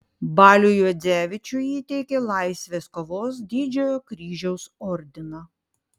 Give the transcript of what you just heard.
baliui juodzevičiui įteikė laisvės kovos didžiojo kryžiaus ordiną